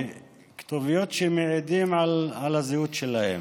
כתוביות שמעידות על הזהות שלהם.